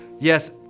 yes